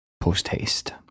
post-haste